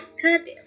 creative